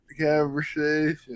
conversation